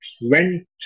went